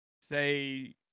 say